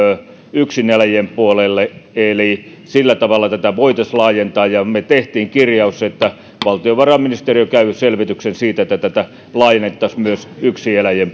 yksineläjien puolelle eli sillä tavalla tätä voitaisiin laajentaa me teimme kirjauksen että valtiovarainministeriö tekee selvityksen siitä että tätä laajennettaisiin myös yksineläjien